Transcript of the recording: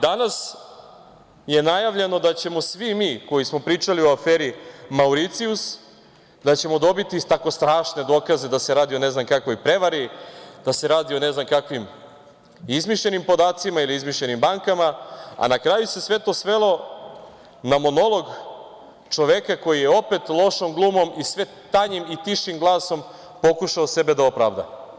Danas je najavljeno da ćemo svi mi koji smo pričali o aferi Mauricijus dobiti tako strašne dokaze da se radi o ne znam kakvoj prevari, da se radi o ne znam kakvim izmišljenim podacima ili izmišljenim bankama, a na kraju se sve to svelo na monolog čoveka koji je opet lošom glumom i sve tanjim i tišim glasom pokušao sebe da opravda.